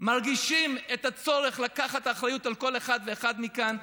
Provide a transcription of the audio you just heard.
מרגישים את הצורך לקחת אחריות על כל אחד ואחד מכאן,